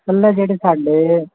ਪਹਿਲਾਂ ਜਿਹੜੇ ਸਾਡੇ